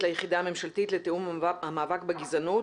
ליחידה הממשלתית לתיאום המאבק בגזענות,